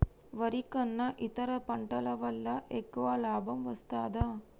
వరి కన్నా ఇతర పంటల వల్ల ఎక్కువ లాభం వస్తదా?